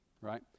right